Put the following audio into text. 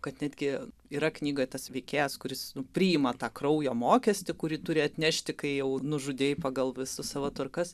kad netgi yra knyga tas veikėjas kuris priima tą kraujo mokestį kurį turi atnešti kai jau nužudei pagal visus savo tvarkas